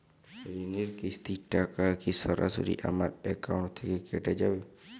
ঋণের কিস্তির টাকা কি সরাসরি আমার অ্যাকাউন্ট থেকে কেটে যাবে?